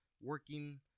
working